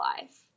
life